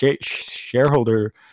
shareholder